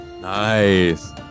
nice